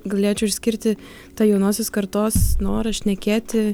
galėčiau išskirti tą jaunosios kartos norą šnekėti